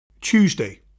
Tuesday